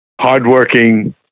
hardworking